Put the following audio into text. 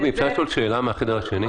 גבי, אפשר לשאול שאלה מהחדר השני?